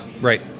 Right